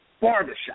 barbershop